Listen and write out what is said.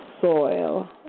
soil